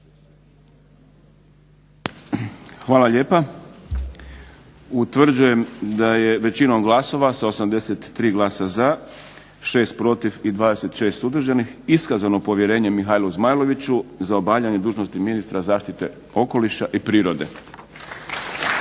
Hvala lijepa. Utvrđujem da je većinom glasova, sa 83 glasa za, 6 protiv i 26 suzdržanih iskazano povjerenje Mihaelu Zmajloviću za obavljanje dužnosti ministra zaštite okoliša i prirode.